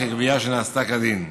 כגבייה שנעשתה כדין.